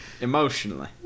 emotionally